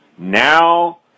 Now